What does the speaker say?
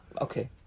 okay